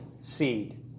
seed